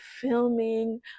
filming